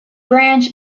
branch